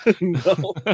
no